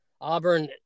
Auburn